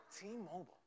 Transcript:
T-Mobile